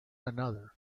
another